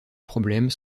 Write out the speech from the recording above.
problèmes